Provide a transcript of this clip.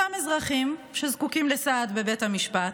אותם אזרחים שזקוקים לסעד בבית המשפט,